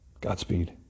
Godspeed